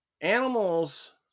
Animals